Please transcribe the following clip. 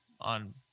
on